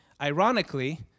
Ironically